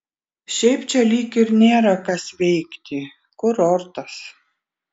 šiaip čia lyg ir nėra kas veikti kurortas